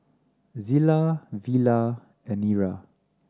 Zillah Villa and Nira